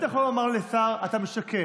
אבל בטח לא לומר לשר "אתה משקר".